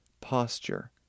posture